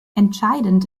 entscheidend